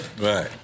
Right